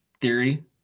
theory